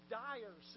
dire